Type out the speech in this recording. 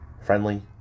friendly